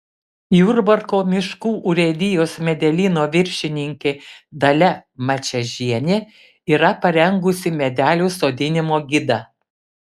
jurbarko miškų urėdijos medelyno viršininkė dalia mačiežienė yra parengusi medelių sodinimo gidą